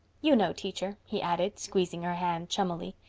you know, teacher, he added, squeezing her hand chummily.